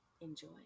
enjoy